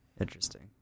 Interesting